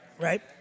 right